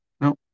No